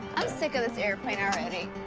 i'm sick of this airplane already.